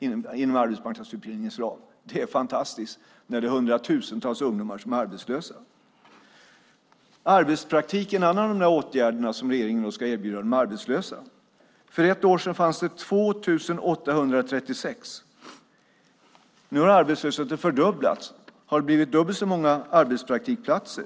inom arbetsmarknadsutbildningens ram. Det är fantastiskt när det är hundratusentals ungdomar som är arbetslösa! Arbetspraktik är en annan av de åtgärder som regeringen ska erbjuda de arbetslösa. För ett år sedan fanns det 2 836 arbetspraktikplatser. Nu har arbetslösheten fördubblats. Har det blivit dubbelt så många arbetspraktikplatser?